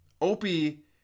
Opie